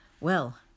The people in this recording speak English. Well